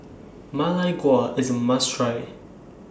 Ma Lai Gao IS A must Try